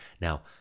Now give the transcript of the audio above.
now